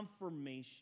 confirmation